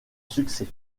succès